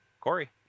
Corey